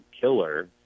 killer